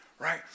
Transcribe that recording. right